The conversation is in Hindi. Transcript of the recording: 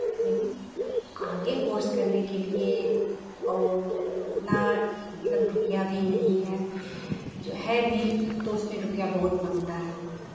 लेकिन आगे कोर्स करने के लिये और उतना मतलब रुपैया भी नहीं है जो है भी तो उसमें रुपैया बहुत मांगता है